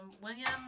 William